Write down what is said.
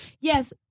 Yes